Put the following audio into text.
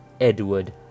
Edward